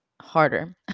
harder